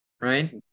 right